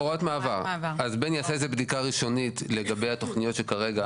אז בני יעשה בדיקה ראשונית לגבי התכוניות שכרגע